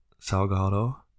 Salgado